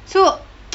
so